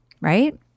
Right